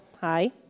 hi